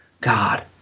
God